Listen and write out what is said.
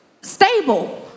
stable